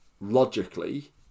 logically